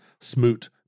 smoot